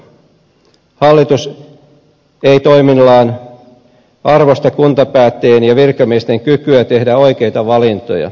hallitus ei toimillaan arvosta kuntapäättäjien ja virkamiesten kykyä tehdä oikeita valintoja